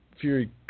Fury